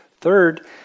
Third